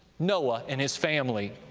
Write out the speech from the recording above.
noah and his family.